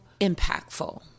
impactful